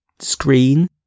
screen